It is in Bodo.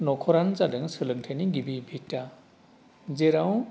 नखरानो जादों सोलोंथाइनि गिबि बिथा जेराव